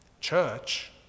Church